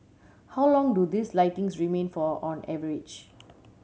how long do these lighting's remain for on average